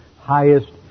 highest